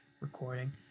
Recording